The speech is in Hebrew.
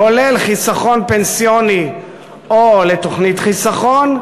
כולל חיסכון פנסיוני או לתוכנית חיסכון,